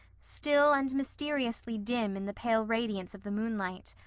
still and mysteriously dim in the pale radiance of the moonlight.